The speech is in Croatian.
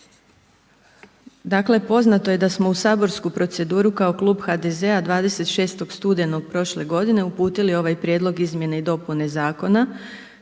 Dakle, poznato je da smo u saborsku proceduru kao klub HDZ-a 26. studenog prošle godine uputili ovaj prijedlog izmjene i dopune zakona,